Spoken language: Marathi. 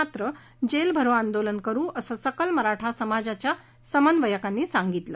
मात्र जेलभरो आंदोलन करू असं सकल मराठा समाजाच्या समन्वयकांनी सांगितलं